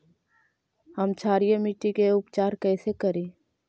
हम क्षारीय मिट्टी के उपचार कैसे करी?